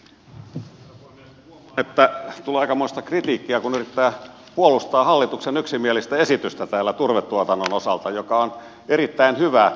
huomaa että tulee aikamoista kritiikkiä kun yrittää puolustaa täällä turvetuotannon osalta hallituksen yksimielistä esitystä joka on erittäin hyvä